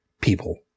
people